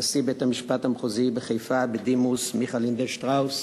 נשיא בית-המשפט המחוזי בחיפה בדימוס מיכה לינדנשטראוס,